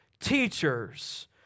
teachers